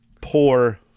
poor